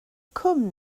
cwm